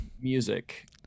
music